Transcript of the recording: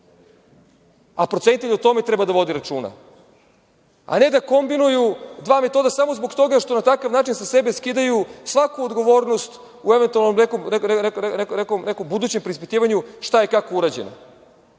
Procenitelj o tome treba da vodi računa, a ne da kombinuju dva metoda samo zbog toga što na takav način sa sebe skidaju svaku odgovornost u nekom eventualnom budućem preispitivanju šta je i kako urađeno. Ne